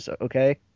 okay